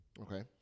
Okay